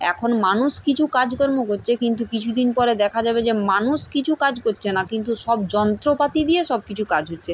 এখন মানুষ কিছু কাজকর্ম করছে কিন্তু কিছু দিন পরে দেখা যাবে যে মানুষ কিছু কাজ করছে না কিন্তু সব যন্ত্রপাতি দিয়ে সব কিছু কাজ হচ্ছে